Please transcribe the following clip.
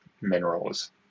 minerals